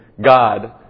God